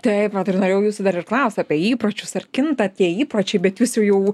taip vat ir norėjau jūsų dar ir klaust apie įpročius ar kinta tie įpročiai bet jūs jau jau